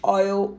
oil